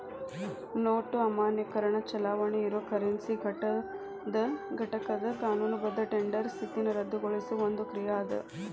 note ಅಮಾನ್ಯೇಕರಣ ಚಲಾವಣಿ ಇರೊ ಕರೆನ್ಸಿ ಘಟಕದ್ ಕಾನೂನುಬದ್ಧ ಟೆಂಡರ್ ಸ್ಥಿತಿನ ರದ್ದುಗೊಳಿಸೊ ಒಂದ್ ಕ್ರಿಯಾ ಅದ